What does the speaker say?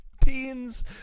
Teens